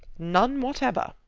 none whatever.